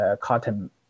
cotton